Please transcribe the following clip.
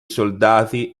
soldati